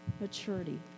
maturity